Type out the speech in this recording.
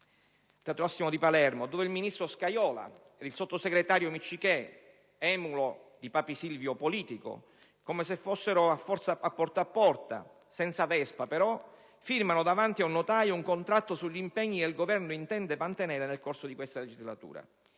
al teatro Massimo di Palermo dove il ministro Scajola e il sottosegretario Miccichè, emulo di "papi" Silvio politico, come se fossero a «Porta a Porta» (senza Vespa, però), hanno firmato davanti ad un notaio un contratto con gli impegni che il Governo intende mantenere nel corso di questa legislatura.